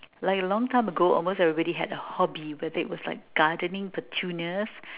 like a long time ago almost everybody had a hobby like it was gardening petunias